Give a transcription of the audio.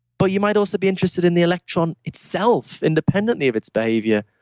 but you might also be interested in the electron itself independently of its behavior.